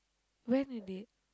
when you did